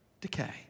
Decay